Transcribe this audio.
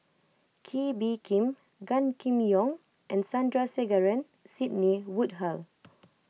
Kee Bee Khim Gan Kim Yong and Sandrasegaran Sidney Woodhull